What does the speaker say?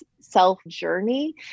self-journey